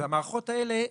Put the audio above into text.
והמערכות האלה,